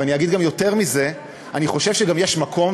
ואני אגיד גם יותר מזה: אני חושב שגם יש מקום,